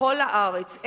לכל הארץ.